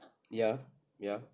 ya ya